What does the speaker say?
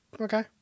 Okay